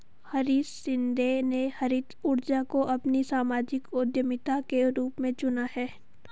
हरीश शिंदे ने हरित ऊर्जा को अपनी सामाजिक उद्यमिता के रूप में चुना है